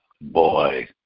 Boy